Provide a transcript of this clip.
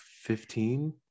fifteen